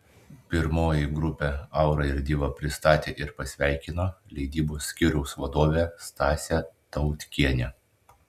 pirmoji grupę aura ir diva pristatė ir pasveikino leidybos skyriaus vadovė stasė tautkienė